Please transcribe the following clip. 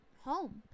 home